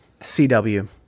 cw